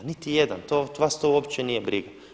Niti jedan, vas to uopće nije briga.